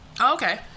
Okay